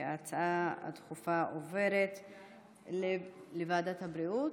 ההצעה הדחופה לסדר-היום עוברת לוועדת הבריאות?